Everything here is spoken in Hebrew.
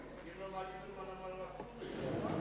תזכיר לו מה ליברמן אמר לסורים.